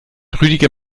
rüdiger